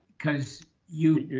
because you